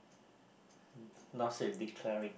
not say declaring